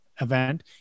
event